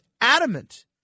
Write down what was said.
adamant